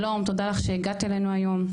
שלום, תודה לך שהגעת אלינו היום.